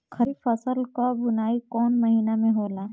खरीफ फसल क बुवाई कौन महीना में होला?